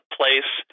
place